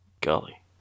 Golly